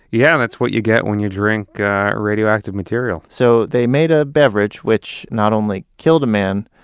yeah, and that's what you get when you drink a radioactive material so they made a beverage, which not only killed a man,